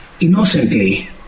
innocently